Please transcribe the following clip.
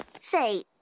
Say